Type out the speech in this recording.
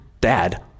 dad